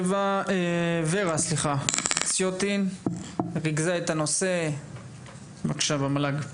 ורה מקסיוטין, ריכזה את הנושא במל"ג.